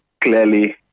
clearly